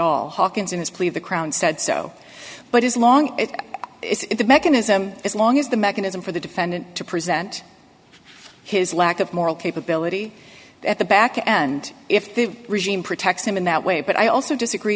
all hawkins in his plea of the crown said so but as long as it's a mechanism as long as the mechanism for the defendant to present his lack of moral capability at the back end if the regime protects him in that way but i also disagree